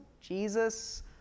Jesus